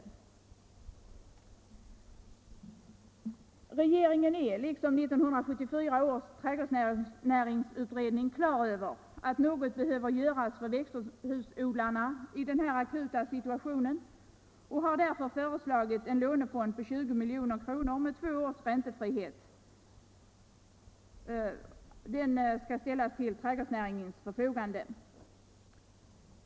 Regeringen är liksom 1974 års trädgårdsnäringsutredning klar över att något behöver göras för växthusodlarna i denna akuta situation och har därför föreslagit att en lånefond om 20 milj.kr. med två års räntefrihet skall ställas till trädgårdsnäringens förfogande.